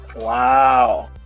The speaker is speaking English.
Wow